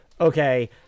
okay